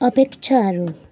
अपेक्षाहरू